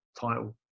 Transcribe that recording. title